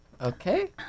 Okay